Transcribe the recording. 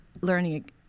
learning